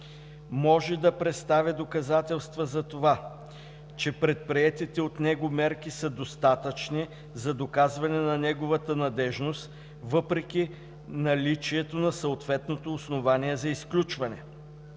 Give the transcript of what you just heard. може да представи доказателства за това, че предприетите от него мерки са достатъчни за доказване на неговата надеждност, въпреки наличието на съответното основание за изключване.